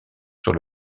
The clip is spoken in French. sur